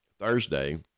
Thursday